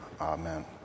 Amen